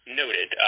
noted